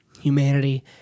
humanity